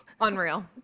unreal